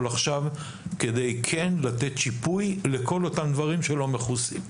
עכשיו כדי לתת שיפוי לכל אותם דברים שלא מכוסים.